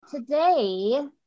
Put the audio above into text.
Today